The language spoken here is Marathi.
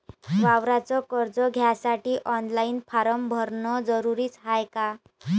वावराच कर्ज घ्यासाठी ऑनलाईन फारम भरन जरुरीच हाय का?